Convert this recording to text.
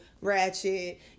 ratchet